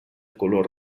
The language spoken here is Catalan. color